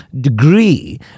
degree